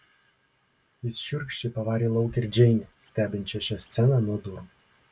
jis šiurkščiai pavarė lauk ir džeinę stebinčią šią sceną nuo durų